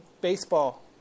baseball